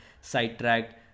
sidetracked